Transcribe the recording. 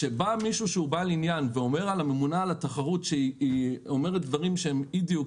וכשבא מישהו בעל עניין ואומר על הממונה על התחרות שהיא אומרת אי-דיוקים